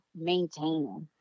maintaining